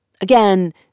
Again